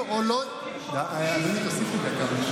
אדוני, תוסיף לי דקה.